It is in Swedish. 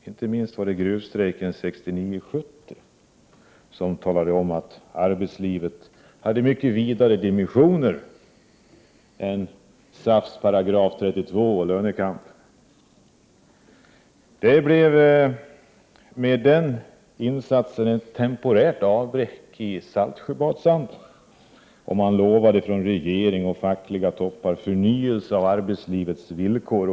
Inte minst var det gruvstrejken 1969-1970 som talade om att arbetslivet hade mycket vidare dimensioner än SAF:s § 32 och lönekampen. Med den insatsen blev det ett temporärt avbräck i Saltsjöbadsandan. Regeringen och fackliga toppmän lovade förnyelse av arbetslivets villkor.